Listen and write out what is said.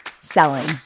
selling